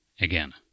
again